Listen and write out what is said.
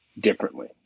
differently